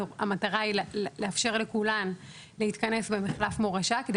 והמטרה היא לאפשר לכולן להתכנס במחלף מורשה כדי